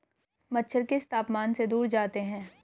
मच्छर किस तापमान से दूर जाते हैं?